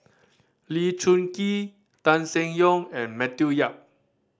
Lee Choon Kee Tan Seng Yong and Matthew Yap